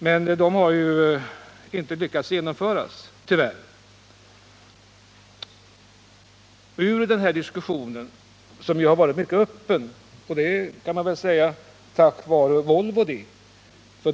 Dessa försök har man som bekant inte lyckats genomföra — tyvärr. Den diskussion som förts har varit mycket öppen, och det får vi nog tacka Volvo för.